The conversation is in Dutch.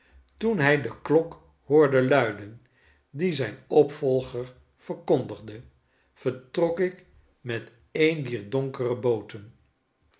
toen hij de klok hoorde luiden die zijn opvolger verkondigde vertrok ik met eene dier donkere booten